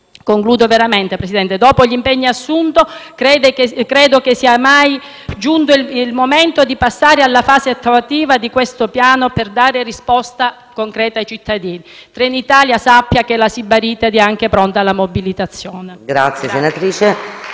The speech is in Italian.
concludo veramente, dopo gli impegni assunti credo che sia giunto il momento di passare alla fase attuativa di questo piano, per dare una risposta concreta ai cittadini. Trenitalia sappia che la Sibaritide è anche pronta alla mobilitazione. *(Applausi